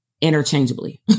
interchangeably